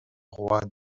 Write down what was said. roi